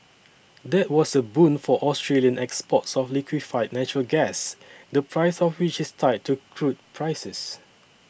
that was a boon for Australian exports of liquefied natural gas the price of which is tied to crude prices